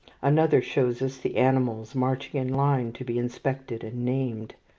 another shows us the animals marching in line to be inspected and named.